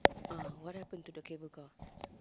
uh what happen to the cable car